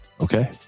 Okay